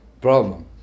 problem